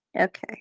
Okay